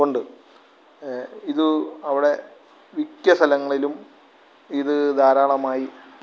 ഉണ്ട് ഇതു അവിടെ മിക്ക സ്ഥലങ്ങളിലും ഇത് ധാരാളമായി